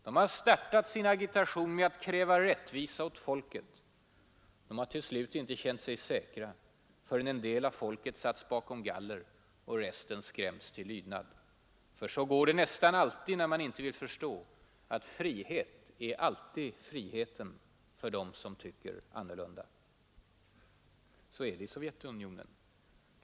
De har startat sin agitation med att kräva rättvisa åt folket. De har till slut inte känt sig säkra förrän en del av folket satts bakom galler och resten skrämts till lydnad. Ty så går det nästan alltid när man inte vill förstå att frihet alltid är frihet för dem som tycker annorlunda. Så är det i Sovjetunionen.